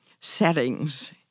settings